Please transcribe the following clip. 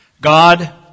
God